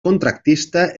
contractista